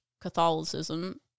Catholicism